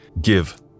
give